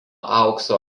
aukso